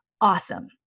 awesome